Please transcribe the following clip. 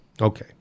Okay